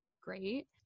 great